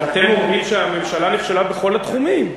אבל אתם אומרים שהממשלה נכשלה בכל התחומים,